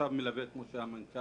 בגלל המצב